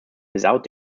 without